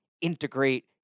integrate